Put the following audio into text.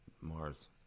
Mars